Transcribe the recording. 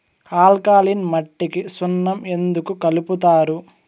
alkaline మట్టికి సున్నం ఎందుకు కలుపుతారు